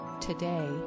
Today